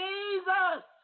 Jesus